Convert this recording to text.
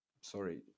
Sorry